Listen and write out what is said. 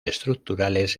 estructurales